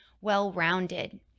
well-rounded